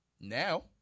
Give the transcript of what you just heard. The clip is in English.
Now